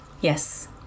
Yes